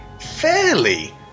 fairly